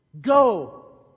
go